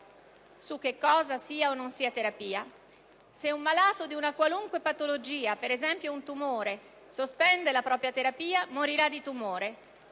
su cosa sia o non sia terapia: se un malato di una qualunque patologia, per esempio un tumore, sospende la propria terapia, morirà di tumore;